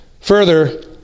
Further